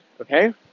Okay